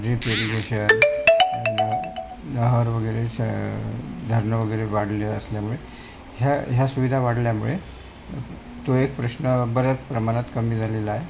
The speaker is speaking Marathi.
जे ड्रीप इरिगेशन नहर वगैरे श धरणं वगैरे बांधले असल्यामुळे ह्या ह्या सुविधा वाढल्यामुळे तो एक प्रश्न बऱ्याच प्रमाणात कमी झालेला आहे